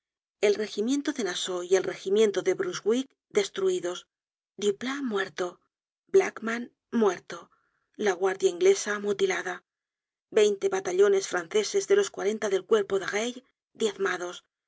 el regimiento de nassau y el regimiento de brunswick destruidos duplat muerto blackman muerto la guardia inglesa mutilada veinte batallones franceses de los cuarenta del cuerpo de reille diezmados